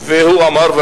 והוא אמר,